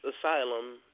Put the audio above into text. Asylum